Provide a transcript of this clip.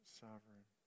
sovereign